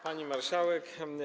Pani Marszałek!